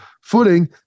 footing